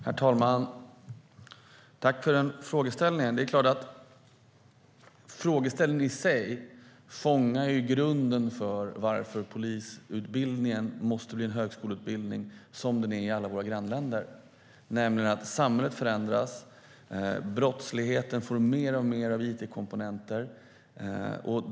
Herr talman! Tack för frågan! Frågeställningen i sig fångar grunden för att polisutbildningen måste bli en högskoleutbildning, som den är i alla våra grannländer, nämligen genom att samhället förändras och brottsligheten får mer och mer av it-komponenter.